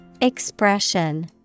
Expression